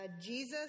Jesus